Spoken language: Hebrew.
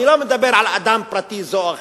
אני לא מדבר על אדם פרטי זה או אחר,